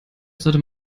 sollte